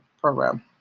program